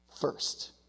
first